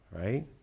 right